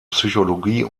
psychologie